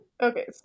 okay